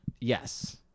Yes